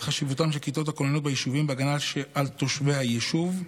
חשיבותן של כיתות הכוננות ביישובים בהגנה על תושבי היישוב.